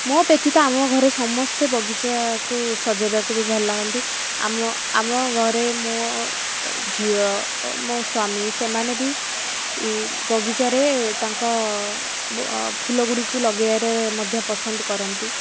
ମୋ ବ୍ୟତୀତ ଆମ ଘରେ ସମସ୍ତେ ବଗିଚାକୁ ସଜାଇବାକୁ ବି ଭଲ ଲାଗନ୍ତି ଆମ ଆମ ଘରେ ମୋ ଝିଅ ମୋ ସ୍ୱାମୀ ସେମାନେ ବି ବଗିଚାରେ ତାଙ୍କ ଫୁଲ ଗୁଡ଼ିକୁ ଲଗାଇବାରେ ମଧ୍ୟ ପସନ୍ଦ କରନ୍ତି